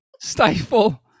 stifle